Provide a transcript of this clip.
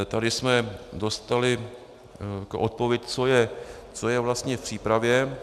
Tady jsme dostali odpověď, co je vlastně v přípravě.